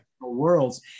worlds